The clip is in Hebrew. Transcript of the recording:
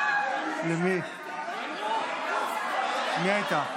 איתן, הם היו פה, מי הייתה?